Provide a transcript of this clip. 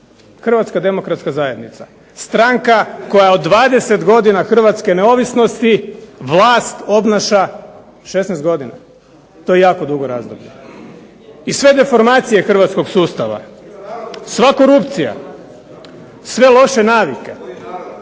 Hrvatska demokratska zajednica, stranka koja od 20 godina hrvatske neovisnosti vlast obnaša 16 godina. To je jako dugo razdoblje. I sve deformacije hrvatskog sustava, sva korupcija, sve loše navike